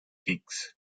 higgs